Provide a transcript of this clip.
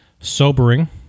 sobering